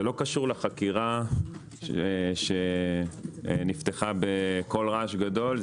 לא קשור לחקירה שנפתחה בקול רעש גדול.